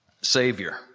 Savior